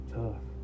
tough